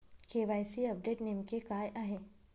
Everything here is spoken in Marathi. के.वाय.सी अपडेट नेमके काय आहे?